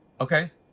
okay.